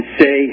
say